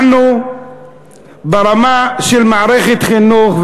אנחנו ברמה של מערכת חינוך,